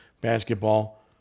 Basketball